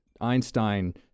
einstein